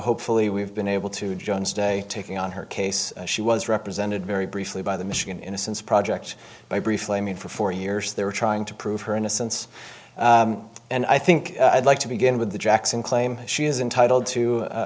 hopefully we've been able to jones day taking on her case she was represented very briefly by the michigan innocence project by briefly i mean for four years they were trying to prove her innocence and i think i'd like to begin with the jackson claim she is entitled to